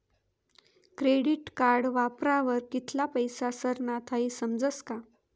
credit card वापरावर कित्ला पैसा सरनात हाई समजस का